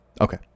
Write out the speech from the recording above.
okay